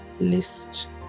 list